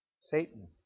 Satan